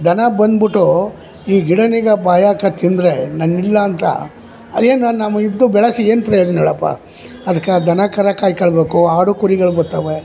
ದನ ಬಂದ್ಬಿಟ್ಟು ಈ ಗಿಡ ಈಗ ಬಾಯಿ ಹಾಕ ತಿಂದರೆ ನಾನು ಇಲ್ಲಾಂತ ಅದೇನು ನಾವು ಇದ್ದು ಬೆಳೆಸಿ ಏನು ಪ್ರಯೋಜನ ಹೇಳಪ್ಪ ಅದ್ಕೆ ದನ ಕರು ಕಾಯ್ಕೊಳ್ಬೇಕು ಆಡು ಕುರಿಗಳು ಬರ್ತವೆ